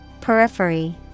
Periphery